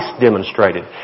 demonstrated